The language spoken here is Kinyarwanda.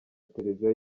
televiziyo